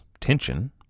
tension